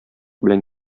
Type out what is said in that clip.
белән